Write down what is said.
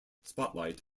spotlight